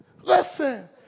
Listen